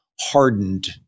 hardened